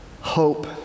hope